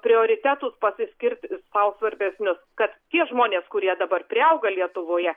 prioritetus pasiskirt sau svarbesnius kad tie žmonės kurie dabar priauga lietuvoje